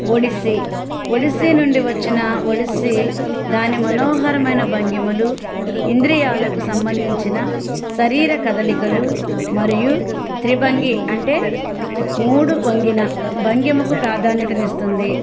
ఒడిస్సీ ఒడిస్సీ నుండి వచ్చిన ఒడిస్సీ దాని మనోహరమైన భంగిమలు ఇంద్రియాలకు సంబంధించిన శరీర కదలికలు మరియు త్రిబంగి అంటే మూడు ఒంగిన బంగిమకు ప్రాధాన్యతనిస్తుంది